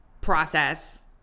process